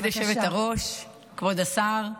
כבוד היושבת-ראש, כבוד השר,